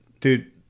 dude